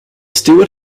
steward